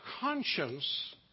conscience